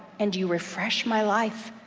and you refresh my life.